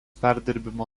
perdirbimo